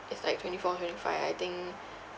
it's like twenty four twenty five I think